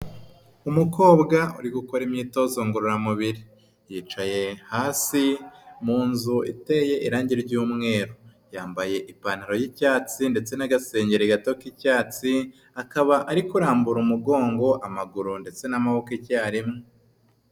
Umukobwa uri gukora imyitozo ngororamubiri. Yicaye hasi mu nzu iteye irangi ry'umweru. Yambaye ipantaro y'icyatsi ndetse n'agasengeri gato k'icyatsi, akaba ari kurambura umugongo, amaguru ndetse n'amaboko icyarimwe.